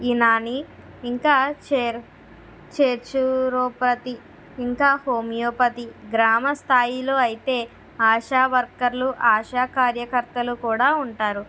యునానీ ఇంకా చేర్ చేర్చురోపతి ఇంకా హోమియోపతి గ్రామ స్థాయిలో అయితే ఆశా వర్కర్ లు ఆశా కార్యకర్తలు కూడా ఉంటారు